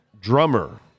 drummer